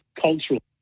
cultural